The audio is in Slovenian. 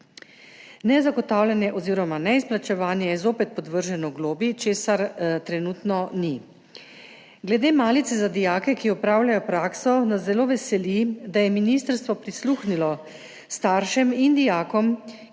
Nezagotavljanje oziroma neizplačevanje je zopet podvrženo globi, česar trenutno ni. Glede malice za dijake, ki opravljajo prakso, nas zelo veseli, da je ministrstvo prisluhnilo staršem in dijakom,